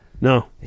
No